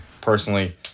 personally